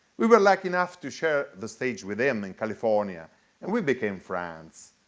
we were lucky enough to share the stage with him in california and we became friends.